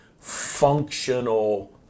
functional